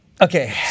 Okay